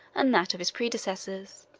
and that of his predecessors.